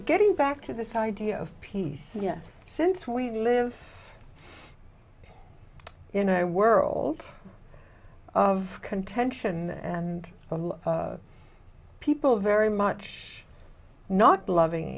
getting back to this idea of peace since we live in a world of contention and people very much not loving